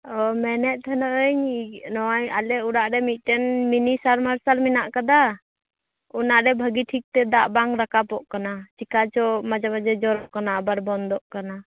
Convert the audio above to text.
ᱚ ᱢᱮᱱᱮᱫ ᱛᱟᱦᱮᱸᱱᱟᱹᱧ ᱱᱚᱣᱟ ᱟᱞᱮ ᱚᱲᱟᱜ ᱨᱮ ᱢᱤᱫᱴᱮᱱ ᱢᱤᱱᱤ ᱥᱟᱵᱽᱢᱟᱨᱥᱟᱞ ᱢᱮᱱᱟᱜ ᱟᱠᱟᱫᱟ ᱚᱱᱟᱨᱮ ᱵᱷᱟ ᱜᱮ ᱴᱷᱤᱠᱛᱮ ᱫᱟᱜ ᱵᱟᱝ ᱨᱟᱠᱟᱵᱚᱜ ᱠᱟᱱᱟ ᱪᱮᱠᱟᱪᱚ ᱢᱟᱡᱷᱮ ᱢᱟᱡᱷᱮ ᱡᱚᱨᱚᱜ ᱠᱟᱱᱟ ᱟᱵᱟᱨ ᱵᱚᱱᱫᱚᱜ ᱠᱟᱱᱟ